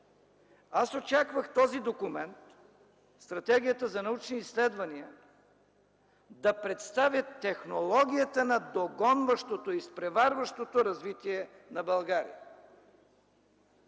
Аз очаквах този документ – Стратегията за научни изследвания, да представя технологията на догонващото, изпреварващото развитие на България,